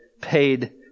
paid